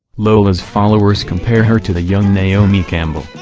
lola's followers compare her to the young naomi campbell,